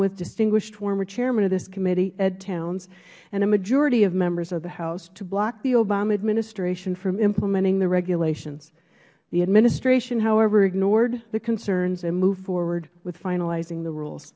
with distinguished former chairman of this committee ed towns and a majority of members of the house to block the obama administration from implementing the regulations the administration however ignored the concerns and moved forward with finalizing the rules